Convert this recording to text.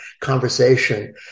conversation